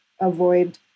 avoid